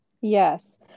Yes